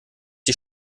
die